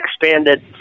expanded